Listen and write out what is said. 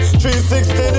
360